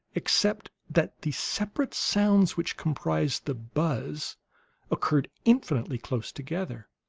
except that the separate sounds which comprised the buzz occurred infinitely close together.